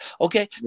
Okay